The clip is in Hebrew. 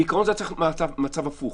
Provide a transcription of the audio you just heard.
בעיקרון, זה היה צריך להיות מצב הפוך.